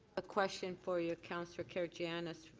a question for you, councillor karygiannis,